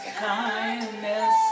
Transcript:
Kindness